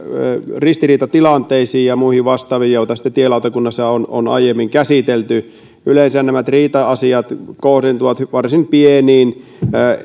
ristiriitatilanteisiin ja muihin vastaaviin joita sitten tielautakunnassa on on aiemmin käsitelty yleensähän nämä riita asiat kohdentuvat varsin pieniin